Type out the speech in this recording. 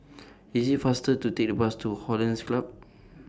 IT IS faster to Take The Bus to Hollandse Club